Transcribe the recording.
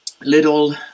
little